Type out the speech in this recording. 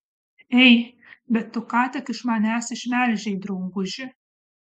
ei bet tu ką tik iš manęs išmelžei drauguži